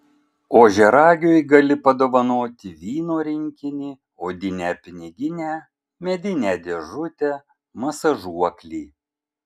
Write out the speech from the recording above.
ožiaragiui gali padovanoti vyno rinkinį odinę piniginę medinę dėžutę masažuoklį